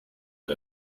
der